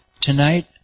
Tonight